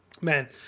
Man